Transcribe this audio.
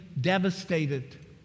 devastated